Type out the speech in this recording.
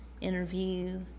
interview